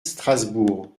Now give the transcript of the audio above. strasbourg